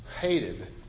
hated